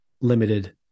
limited